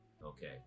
Okay